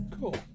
cool